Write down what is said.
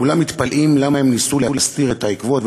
כולם מתפלאים למה הם ניסו להסתיר את העקבות,